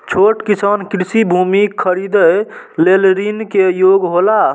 छोट किसान कृषि भूमि खरीदे लेल ऋण के योग्य हौला?